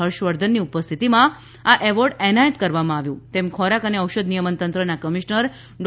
હર્ષવર્ધનની ઉપસ્થિતિમાં આ એવાર્ડ એનાયત કરવામાં આવ્યો હતો તેમ ખોરાક અને ઔષધ નિયમન તંત્રના કમિશનર ડૉ